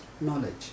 knowledge